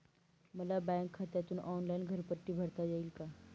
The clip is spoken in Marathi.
मला बँक खात्यातून ऑनलाइन घरपट्टी भरता येईल का?